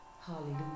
Hallelujah